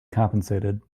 compensated